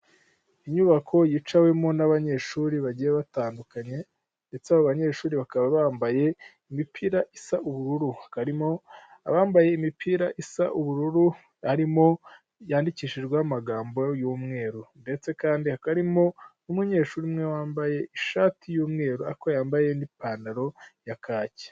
Inyubako yicawemo n'abanyeshuri bagiye batandukanye ndetse abo banyeshuri bakaba bambaye imipira isa ubururu, karimo abambaye imipira isa ubururu arimo yandikishijweho amagambo y'umweru ndetse kandi hakarimo n'umunyeshuri umwe wambaye ishati y'umweru yambaye n'ipantaro ya kacyi.